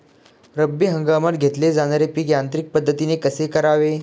रब्बी हंगामात घेतले जाणारे पीक यांत्रिक पद्धतीने कसे करावे?